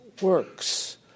works